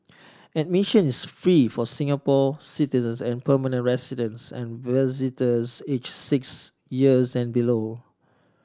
admissions is free for Singapore citizens and permanent residents and visitors aged six years and below